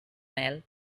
mel